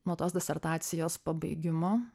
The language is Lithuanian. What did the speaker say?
nuo tos disertacijos pabaigimo